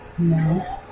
no